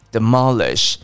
Demolish